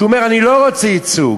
כשהוא אומר: אני לא רוצה ייצוג,